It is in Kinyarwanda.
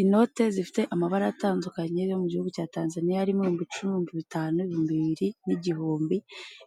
Inote zifite amabara atandukanye yo mu gihugu cya Tanzaniya arimo ibihumbi icumi, ibihumbi bitanu, ibihumbi bibiri n'igihumbi